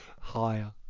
Higher